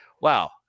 wow